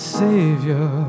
savior